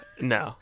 No